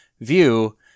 view